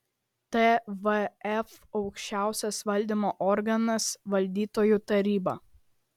tvf aukščiausias valdymo organas valdytojų taryba